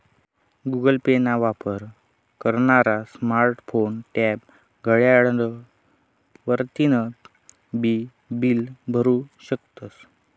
Google Pay ना वापर करनारा स्मार्ट फोन, टॅब, घड्याळ वरतीन बी बील भरु शकस